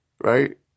right